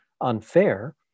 unfair